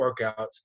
workouts